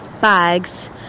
bags